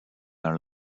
our